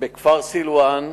בכפר סילואן